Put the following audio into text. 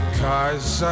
cause